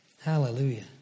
Hallelujah